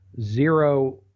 zero